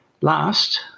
last